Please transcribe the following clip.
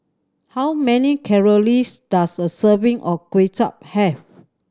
how many calories does a serving of Kway Chap have